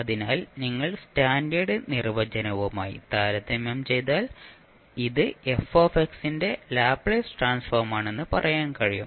അതിനാൽ നിങ്ങൾ സ്റ്റാൻഡേർഡ് നിർവചനവുമായി താരതമ്യം ചെയ്താൽ ഇത് f ന്റെ ലാപ്ലേസ് ട്രാൻസ്ഫോർമാണെന്ന് പറയാൻ കഴിയും